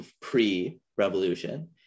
pre-revolution